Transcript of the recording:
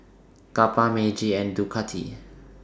Kappa Meiji and Ducati